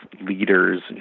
leaders